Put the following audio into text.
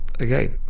Again